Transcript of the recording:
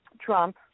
Trump